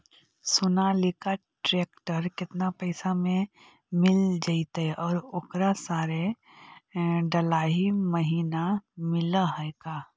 Sonalika tractor केतना पैसा में मिल जइतै और ओकरा सारे डलाहि महिना मिलअ है का?